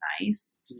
nice